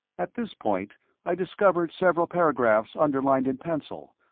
at this point i discovered several paragraphs underlined in pencil,